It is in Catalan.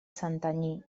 santanyí